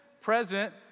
present